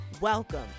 Welcome